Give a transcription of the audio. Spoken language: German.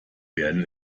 werden